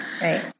Right